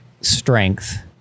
strength